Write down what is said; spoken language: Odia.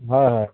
ହଁ ହଁ